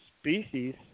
Species